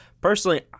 personally